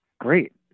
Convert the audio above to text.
Great